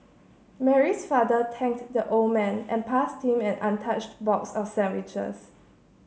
Mary's father thanked the old man and passed him an untouched box of sandwiches